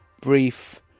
brief